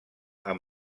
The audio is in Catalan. amb